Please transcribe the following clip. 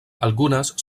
algunes